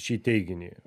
šį teiginį